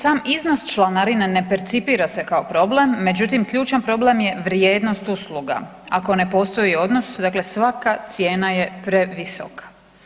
Sam iznos članarine ne percipira se kao problem, međutim ključan problem je vrijednost usluga ako ne postoji odnos dakle svaka cijena je previsoka.